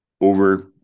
over